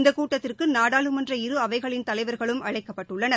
இந்தகூட்டத்திற்குநாடாளுமன்ற இரு அவைகளின் தலைவர்களும் அழைக்கப்பட்டுள்ளனர்